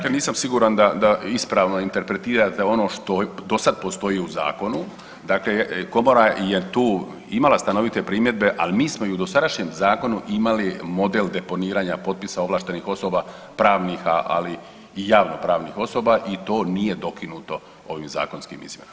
Dakle, nisam siguran da ispravno interpretirate ono što do sad postoji u zakonu, dakle komora je tu imala stanovite primjedbe ali mi smo i u dosadašnjem zakonu imali model deponiranja potpisa ovlaštenih osoba pravnih, ali i javnopravnih osoba i to nije dokinuto ovim zakonskim izmjenama.